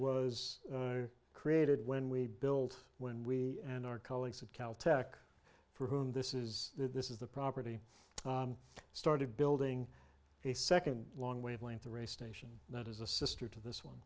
was created when we build when we and our colleagues at cal tech for whom this is this is the property started building a second long wavelength or a station that is a sister to this one